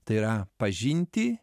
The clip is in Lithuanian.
tai yra pažinti